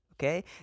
okay